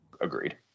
Agreed